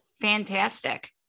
fantastic